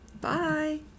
Bye